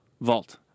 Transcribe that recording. Vault